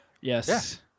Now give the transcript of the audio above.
Yes